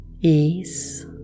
ease